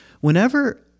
whenever